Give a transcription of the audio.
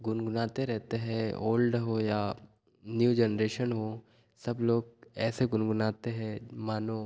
गुनगुनाते रहते हैं ओल्ड हो या न्यू जेनरेशन हो सब लोग ऐसे गुनगुनाते हैं मानो